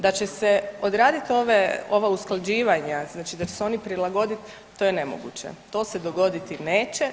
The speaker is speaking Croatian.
Da će se odraditi ova usklađivanja, znači da će se oni prilagoditi to je nemoguće, to se dogoditi neće.